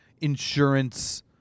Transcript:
insurance